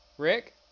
Rick